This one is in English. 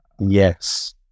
Yes